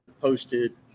posted